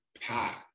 Pat